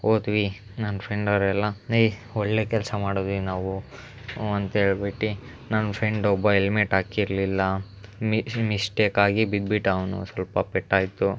ಹೋದ್ವಿ ನನ್ನ ಫ್ರೆಂಡ್ ಅವರೆಲ್ಲ ಏಯ್ ಒಳ್ಳೆಯ ಕೆಲಸ ಮಾಡಿದ್ವಿ ನಾವು ಊಂ ಅಂತ ಹೇಳ್ಬಿಟ್ಟಿ ನನ್ನ ಫ್ರೆಂಡ್ ಒಬ್ಬ ಹೆಲ್ಮೆಟ್ ಹಾಕಿರಲಿಲ್ಲ ಮಿ ಮಿಸ್ಟೇಕ್ ಆಗಿ ಬಿದ್ದುಬಿಟ್ಟ ಅವನು ಸ್ವಲ್ಪ ಪೆಟ್ಟಾಯಿತು